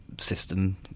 system